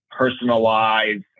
personalize